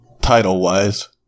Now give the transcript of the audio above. title-wise